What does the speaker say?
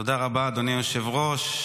תודה רבה, אדוני היושב-ראש.